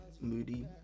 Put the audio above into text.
moody